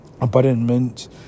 abandonment